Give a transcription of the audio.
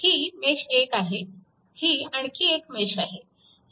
ही mesh 1 आहे ही आणखी एक मेश आहे